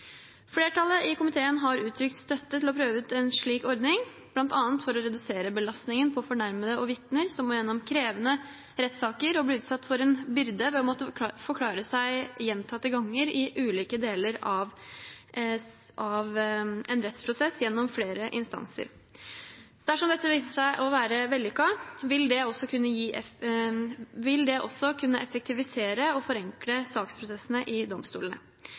Flertallet i komiteen har uttrykt støtte til å prøve ut en slik ordning, bl.a. for å redusere belastningen på fornærmede og vitner som må igjennom krevende rettssaker og blir utsatt for en byrde ved å måtte forklare seg gjentatte ganger i ulike deler av en rettsprosess gjennom flere instanser. Dersom dette viser seg å være vellykket, vil det også kunne effektivisere og forenkle saksprosessene i domstolene. Det vil kunne gi rettssikkerhet for den enkelte som er part i